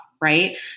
right